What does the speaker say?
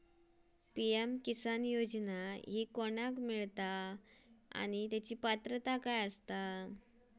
PM Kisan योजना ही कोणाक मिळता आणि पात्रता काय?